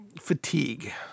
Fatigue